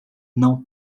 não